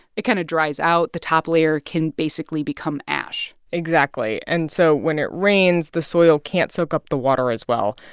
it kind of dries out. the top layer can basically become ash exactly. and so when it rains, the soil can't soak up the water as well.